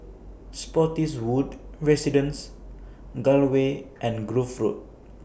Spottiswoode Residences Gul Way and Grove Road